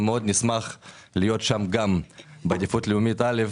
מאוד נשמח להיות שם גם בעדיפות לאומית א',